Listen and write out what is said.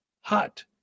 hot